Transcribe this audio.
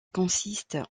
consiste